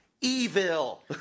evil